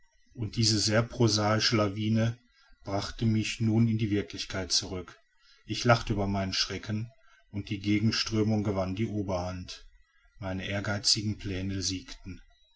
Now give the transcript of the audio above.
und diese sehr prosaische lawine brachte mich nun in die wirklichkeit zurück ich lachte über meinen schrecken und die gegenströmung gewann die oberhand meine ehrgeizigen pläne siegten